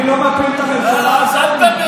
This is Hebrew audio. למה, אני לא מפיל את הממשלה, אז אל תדבר.